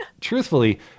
truthfully